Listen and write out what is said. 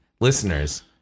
Listeners